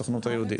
הסוכנות היהודית.